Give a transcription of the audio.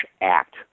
act